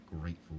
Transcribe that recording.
grateful